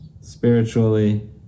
spiritually